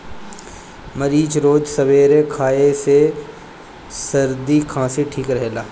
मरीच रोज सबेरे खाए से सरदी खासी ठीक रहेला